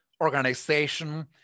organization